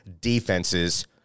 defenses